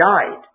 died